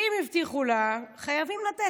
ואם הבטיחו לה, חייבים לתת.